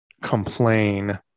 complain